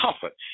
comfort